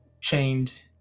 chained